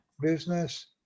business